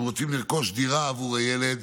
והם רוצים לרכוש דירה עבור הילד